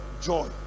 joy